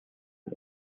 dix